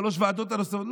לשלוש הוועדות נוספות.